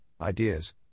ideas